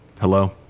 Hello